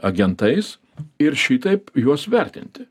agentais ir šitaip juos vertinti